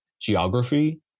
geography